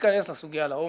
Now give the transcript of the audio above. תיכנס לסוגיה לעומק,